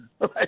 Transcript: right